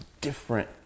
different